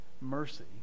mercy